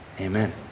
Amen